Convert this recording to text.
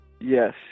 Yes